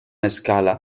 escala